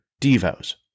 devos